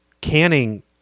canning